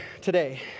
today